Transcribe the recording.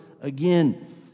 again